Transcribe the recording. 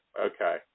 Okay